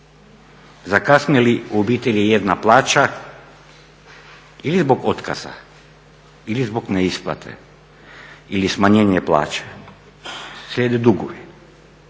zakasni li u obitelji jedna plaća, ili zbog otkaza ili zbog neisplate ili smanjenje plaće, slijede dugovi.